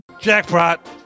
Jackpot